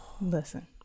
Listen